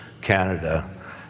Canada